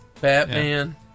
Batman